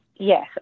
Yes